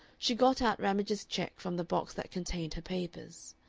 she got out ramage's check from the box that contained her papers.